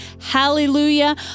Hallelujah